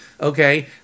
okay